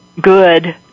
good